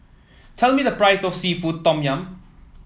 tell me the price of seafood Tom Yum